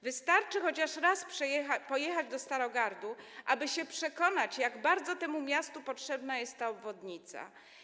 Wystarczy chociaż raz pojechać do Starogardu, aby się przekonać, jak bardzo temu miastu potrzebna jest ta obwodnica.